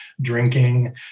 drinking